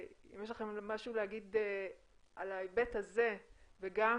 אם יש לכם משהו להגיד על ההיבט הזה וגם